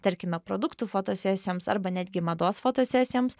tarkime produktų fotosesijoms arba netgi mados fotosesijoms